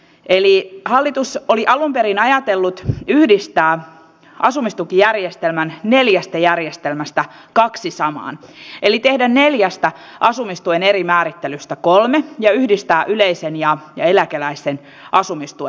eli hallitus oli alun perin ajatellut yhdistää asumistukijärjestelmän neljästä järjestelmästä kaksi samaan eli tehdä neljästä asumistuen eri määrittelystä kolme ja yhdistää yleisen ja eläkeläisten asumistuen